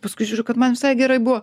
paskui žiūriu kad man visai gerai buvo